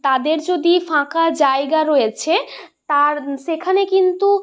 তাদের যদি ফাঁকা জায়গা রয়েছে তার সেখানে কিন্তু